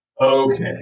Okay